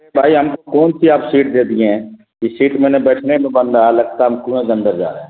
بھائی ہم کو کون سی آپ سیٹ دے دیے ہیں یہ سیٹ میں نے بیٹھنے میں بن رہا ہے لگتا ہم کنویں میں اندر جا رہے ہیں